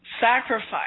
sacrifice